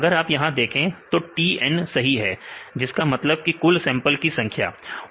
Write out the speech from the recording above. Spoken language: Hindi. अगर आप यहां देखें तो TN सही है जिसका मतलब कुल सैंपल की संख्या है